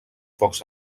pocs